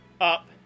Up